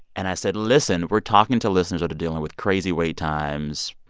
and i said, listen, we're talking to listeners that are dealing with crazy wait times,